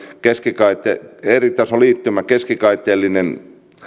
keskikaiteellinen eritasoliittymä keskikaiteellinen